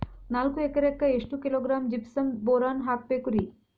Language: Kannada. ನಾಲ್ಕು ಎಕರೆಕ್ಕ ಎಷ್ಟು ಕಿಲೋಗ್ರಾಂ ಜಿಪ್ಸಮ್ ಬೋರಾನ್ ಹಾಕಬೇಕು ರಿ?